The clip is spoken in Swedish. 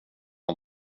har